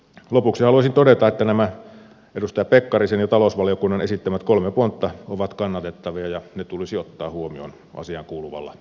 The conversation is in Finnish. lopuksi haluaisin todeta että nämä edustaja pekkarisen ja talousvaliokunnan esittämät kolme pontta ovat kannatettavia ja ne tulisi ottaa huomioon asiaan kuuluvalla vakavuudella